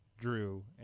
drew